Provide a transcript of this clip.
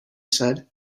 said